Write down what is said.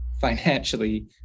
Financially